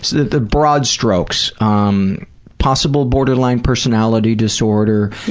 the the broad strokes, um possible borderline personality disorder.